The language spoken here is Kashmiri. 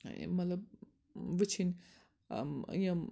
ٲں مطلب وُچھِنۍ ٲں یِم